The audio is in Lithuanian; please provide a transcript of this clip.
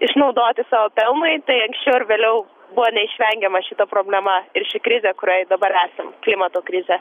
išnaudoti savo pelnui tai anksčiau ar vėliau buvo neišvengiama šita problema ir ši krizė kurioj dabar esam klimato krizė